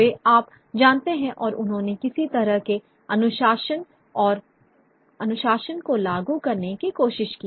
वे आप जानते हैं और उन्होंने किसी तरह के अनुशासन को लागू करने की कोशिश की